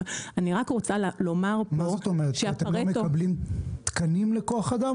מה זאת אומרת אתם לא מקבלים תקנים לכוח אדם